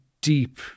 deep